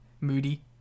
moody